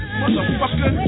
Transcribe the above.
motherfucker